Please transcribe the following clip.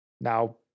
Now